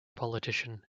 politician